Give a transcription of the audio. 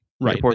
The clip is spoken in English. Right